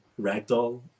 ragdoll